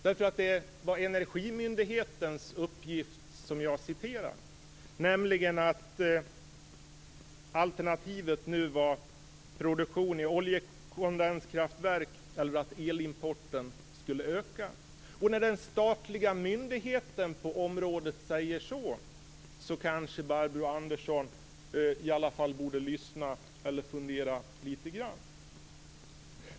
Det var ju Energimyndighetens uppgift som jag citerade, nämligen att alternativet nu är produktion i oljekondenskraftverk eller ökad elimport. När den statliga myndigheten på området säger så, då borde kanske Barbro Andersson Öhrn i alla fall lyssna eller fundera lite grann.